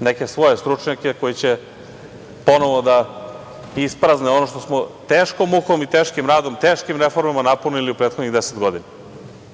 neke svoje stručnjake koje će ponovo da isprazne ono što smo teškom mukom, teškim radom, teškim reformama napunili u prethodnih deset godina. Uveren